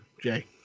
Jay